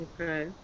Okay